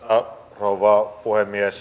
arvoisa rouva puhemies